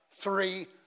three